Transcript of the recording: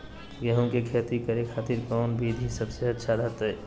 गेहूं के खेती करे खातिर कौन विधि सबसे अच्छा रहतय?